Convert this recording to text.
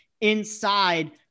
inside